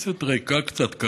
הכנסת ריקה קצת.